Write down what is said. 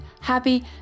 happy